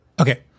Okay